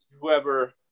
whoever